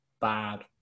Bad